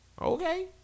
Okay